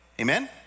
Amen